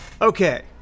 Okay